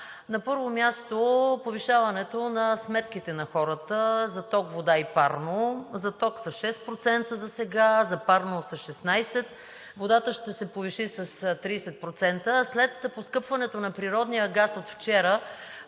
На първо място, повишаването на сметките на хората за ток, вода и парно. За ток с 6% засега, за парно с 16%, водата ще се повиши с 30%, а след поскъпването на природния газ от вчера